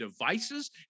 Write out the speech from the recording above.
devices